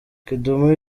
kidum